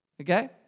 Okay